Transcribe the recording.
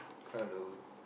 hello